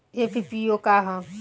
FPO का ह?